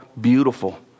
beautiful